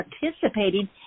participating